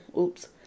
oops